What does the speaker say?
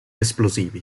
esplosivi